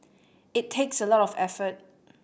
it takes a lot of effort